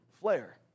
flare